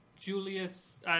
Julius